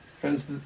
Friends